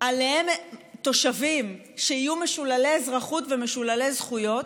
שעליהם תושבים שיהיו משוללי אזרחות ומשוללי זכויות,